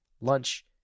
lunch